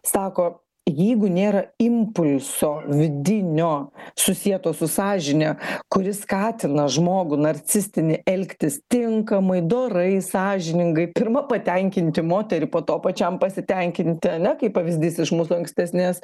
sako jeigu nėra impulso vidinio susieto su sąžine kuris skatina žmogų narcistinį elgtis tinkamai dorai sąžiningai pirma patenkinti moterį po to pačiam pasitenkinti ane kaip pavyzdys iš mūsų ankstesnės